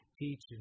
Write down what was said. teach